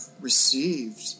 received